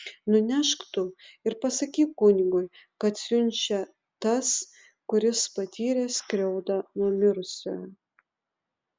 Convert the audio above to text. nunešk tu ir pasakyk kunigui kad siunčia tas kuris patyrė skriaudą nuo mirusiojo